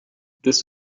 this